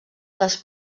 les